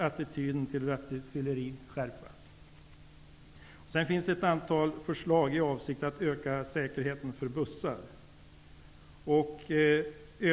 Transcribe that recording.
Attityden till rattfylleri skall skärpas. Det finns ett antal förslag i avsikt att öka säkerheten för bussar.